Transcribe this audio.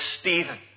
Stephen